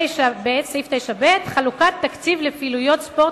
בסעיף 9ב: "חלוקת תקציב לפעילויות ספורט